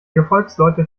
gefolgsleute